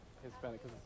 Hispanic